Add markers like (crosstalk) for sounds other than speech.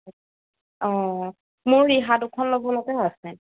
(unintelligible) অঁ মোৰ ৰিহা দুখন ল'বলৈকে আছে